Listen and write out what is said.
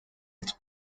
its